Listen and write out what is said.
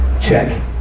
Check